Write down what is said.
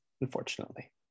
unfortunately